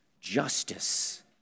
justice